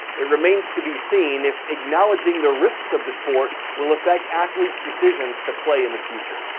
it remains to be seen if acknowledging the risks of the sport will affect athlete's decision to play in the future.